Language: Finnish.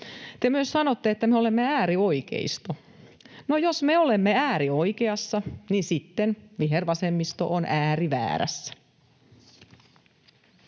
Te sanotte, että me olemme äärioikeisto. No, jos me olemme äärioikeassa, niin sitten vihervasemmisto on ääriväärässä.